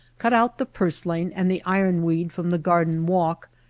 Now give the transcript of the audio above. cut out the purslain and the iron weed from the garden walk,